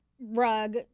rug